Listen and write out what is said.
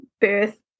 birth